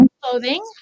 Clothing